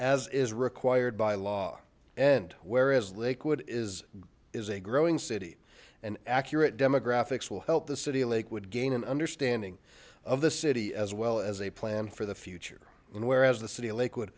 as is required by law and whereas liquid is is a growing city and accurate demographics will help the city of lakewood gain an understanding of the city as well as a plan for the future and whereas the city of lakewood